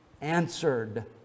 answered